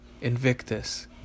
Invictus